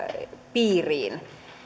piiriin